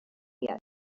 yet